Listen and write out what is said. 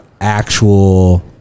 actual